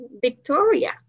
Victoria